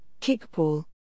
Kickball